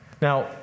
Now